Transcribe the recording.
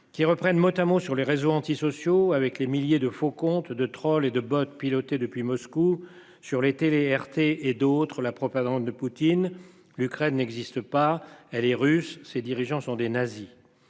Qui reprennent Motta sur les réseaux antisociaux avec les milliers de faux comptes de trolls et de bottes pilotées depuis Moscou sur les télés RT et d'autres la propagande de Poutine, l'Ukraine n'existe pas, elle est Russe ses dirigeants sont des nazis.